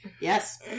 Yes